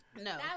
no